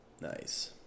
Nice